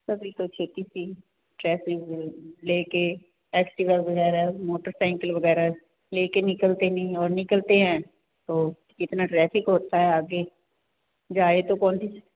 ਅਬੀ ਤੋਂ ਛੇਤੀ ਥੀ ਟ੍ਰੈਫਿਕ ਲੈ ਕੇ ਐਕਟਿਵਾ ਵਗੈਰਾ ਮੋਟਰਸਾਈਕਲ ਵਗੈਰਾ ਲੈ ਕੇ ਨਿਕਲਤੇ ਨਹੀਂ ਔਰ ਨਿਕਲਤੇ ਹੈ ਤੋਂ ਕਿਤਨਾ ਟ੍ਰੈਫਿਕ ਹੋਤਾ ਹੈ ਆਗੇ ਜਾਏ ਤੋਂ